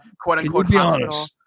quote-unquote